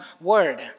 word